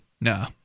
No